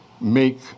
make